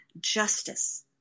justice